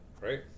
right